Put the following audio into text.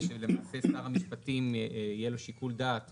שלמעשה לשר המשפטים יהיה שיקול דעת